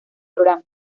programa